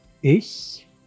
Ich